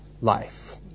life